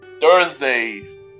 Thursdays